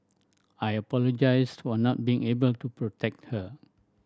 I apologised for not being able to protect her